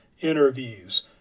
interviews